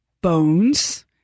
bones